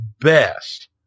best